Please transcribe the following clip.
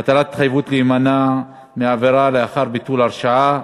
68) (הטלת התחייבות להימנע מעבירה לאחר ביטול הרשעה),